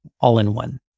all-in-one